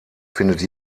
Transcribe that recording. findet